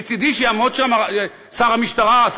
מצדי שיעמוד שם שר המשטרה,